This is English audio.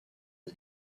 and